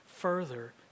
Further